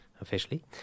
officially